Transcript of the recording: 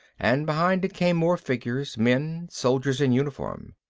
and behind it came more figures, men, soldiers in uniform.